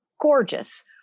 gorgeous